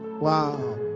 Wow